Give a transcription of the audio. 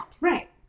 Right